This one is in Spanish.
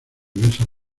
diversas